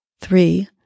three